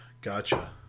Gotcha